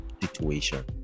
situation